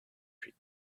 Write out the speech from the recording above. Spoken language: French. huit